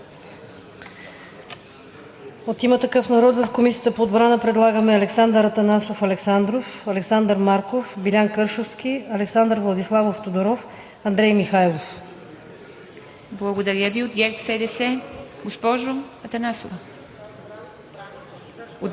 От „Има такъв народ“ в Комисията по отбрана предлагаме Александър Атанасов Александров, Александър Марков, Билян Кършовски, Александър Владиславов Тодоров и Андрей Михайлов. ПРЕДСЕДАТЕЛ ИВА МИТЕВА: Благодаря Ви. От ГЕРБ-СДС – госпожо Атанасова.